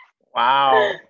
Wow